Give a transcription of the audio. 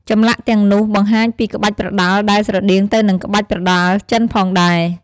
ចម្លាក់ទាំងនោះបង្ហាញពីក្បាច់ប្រដាល់ដែលស្រដៀងទៅនឹងក្បាច់ប្រដាល់ចិនផងដែរ។